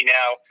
now